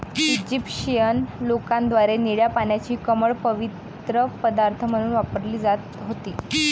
Egyptian लोकांद्वारे निळ्या पाण्याची कमळ पवित्र पदार्थ म्हणून वापरली जात होती